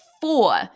four